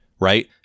right